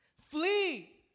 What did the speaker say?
Flee